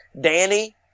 Danny